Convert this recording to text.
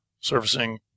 servicing